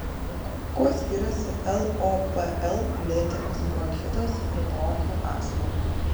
kuo skiriasi lopl lėtinis bronchitas ir bronchų astma